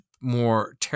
more